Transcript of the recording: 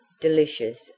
delicious